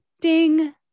ding